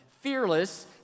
Fearless